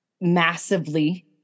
massively